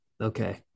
okay